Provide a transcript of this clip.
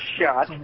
shot